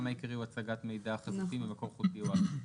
העיקרי הוא הצגת מידע חזותי ממקור חוטי או אלחוטי.